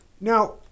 Now